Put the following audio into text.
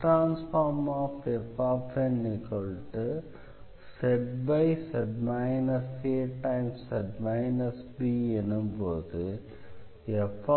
Zfnzz az b எனும்போது f